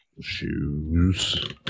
Shoes